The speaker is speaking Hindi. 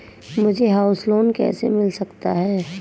मुझे हाउस लोंन कैसे मिल सकता है?